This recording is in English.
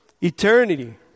eternity